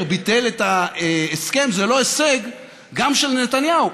ביטל את ההסכם זה לא הישג גם של נתניהו.